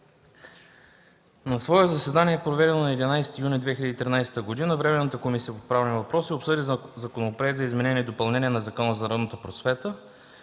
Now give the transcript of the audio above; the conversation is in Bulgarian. На свое заседание, проведено на 11 юни 2013 г., Временната комисия по правни въпроси обсъди Законопроект за изменение и допълнение на